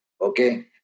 Okay